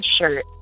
shirt